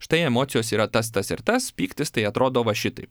štai emocijos yra tas tas ir tas pyktis tai atrodo va šitaip